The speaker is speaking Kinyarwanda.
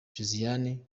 josiane